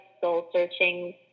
soul-searching